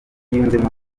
yunzemo